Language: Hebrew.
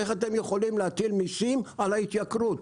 איך אתם יכולים להטיל מסים על ההתייקרות?